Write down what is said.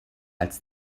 als